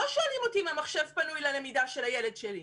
לא שואלים אותי אם המחשב פנוי ללמידה של הילד שלי.